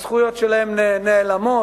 הזכויות שלהם נעלמות,